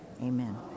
Amen